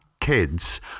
kids